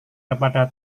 kepada